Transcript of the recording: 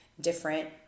different